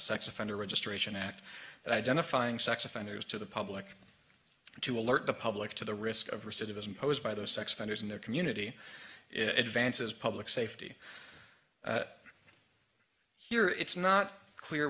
sex offender registration act that identifying sex offenders to the public to alert the public to the risk of recidivism posed by those sex offenders in their community it advances public safety here it's not clear